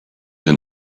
and